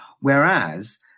Whereas